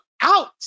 out